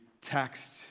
text